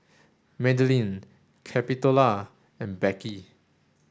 Madelyn Capitola and Becky